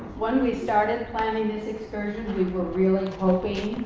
when we started planning this excursion, we were really hoping